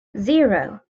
zero